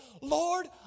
Lord